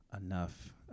enough